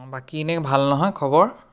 অঁ বাকী এনেই ভাল নহয় খবৰ